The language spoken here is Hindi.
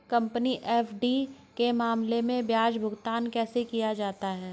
कंपनी एफ.डी के मामले में ब्याज भुगतान कैसे किया जाता है?